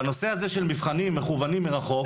והנושא הזה של מבחנים מקוונים מרחוק,